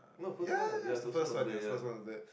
ya ya ya it's the first one ya first one was that